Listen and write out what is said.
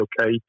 okay